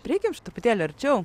prieikim truputėlį arčiau